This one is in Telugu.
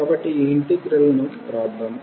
కాబట్టి ఈ ఇంటిగ్రల్ ను వ్రాద్దాం